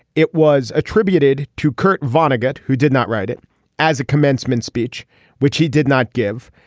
it was attributed to kurt vonnegut who did not write it as a commencement speech which he did not give.